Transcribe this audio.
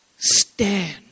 Stand